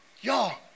y'all